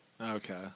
Okay